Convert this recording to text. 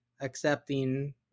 accepting